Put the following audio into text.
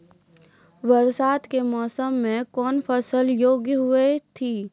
बरसात के मौसम मे कौन फसल योग्य हुई थी?